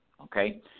okay